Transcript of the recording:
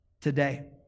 today